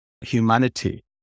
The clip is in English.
humanity